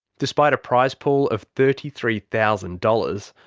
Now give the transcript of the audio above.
despite a prize pool of thirty three thousand dollars,